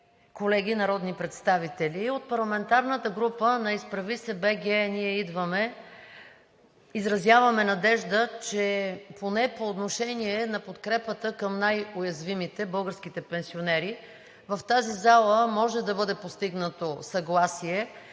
колеги народни представители! От парламентарната група на „Изправи се БГ! Ние идваме!“ изразяваме надежда, че поне по отношение на подкрепата към най-уязвимите – българските пенсионери, в тази зала може да бъде постигнато съгласие